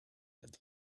had